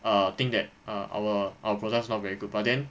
err think that our our products not very good but then